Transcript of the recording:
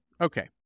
Okay